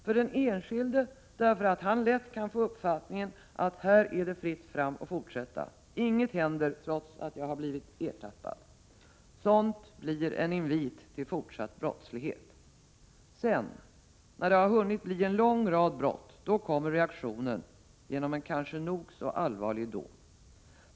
För den enskilde därför att han lätt kan få uppfattningen att det är fritt fram att fortsätta, inget händer honom trots att han har blivit ertappad. Sådant blir en invit till fortsatt brottslighet. Sedan när det har hunnit bli en lång rad brott, då kommer reaktionen genom en kanske nog så allvarlig dom.